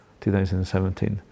2017